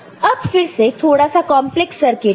अब फिर से थोड़ा सा कॉन्प्लेक्स सर्किट है